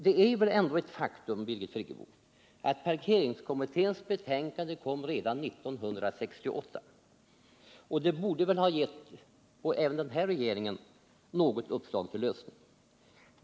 Parkeringskommittén lade ju fram sitt betänkande redan 1968, och det borde väl ha gett även den här regeringen något uppslag till en lösning.